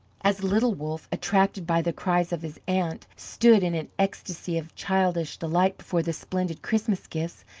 as little wolff, attracted by the cries of his aunt, stood in an ecstasy of childish delight before the splendid christmas gifts,